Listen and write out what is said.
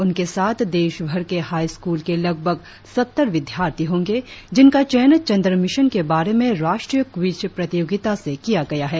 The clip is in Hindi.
उनके साथ देशभर के हाई स्कूल के लगभग सत्तर विद्यार्थी होंगे जिनका चयन चंद्र मिशन के बारे में राष्ट्रीय क्विज प्रतियोगिता से किया गया है